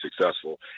successful